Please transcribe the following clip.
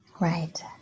Right